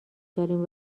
داریم